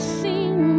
seen